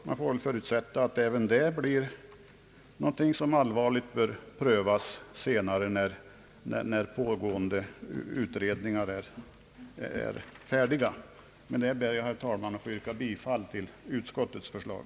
Det får förutsättas att även denna fråga kommer att tas upp till allvarlig prövning när pågående utredningar är färdiga. Med detta ber jag, herr talman, att få yrka bifall till utskottets förslag.